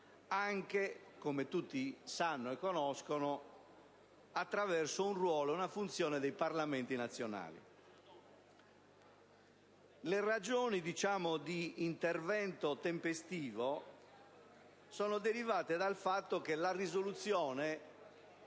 anche - come è a tutti noto - attraverso il ruolo e la funzione dei Parlamenti nazionali. Le ragioni di intervento tempestivo derivano dal fatto che la risoluzione